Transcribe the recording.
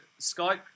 Skype